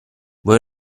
vuoi